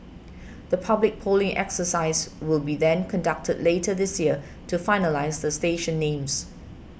the public polling exercise will be then conducted later this year to finalise the station names